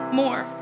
more